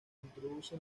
introduce